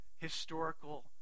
historical